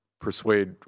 persuade